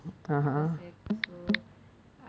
upper secondary so uh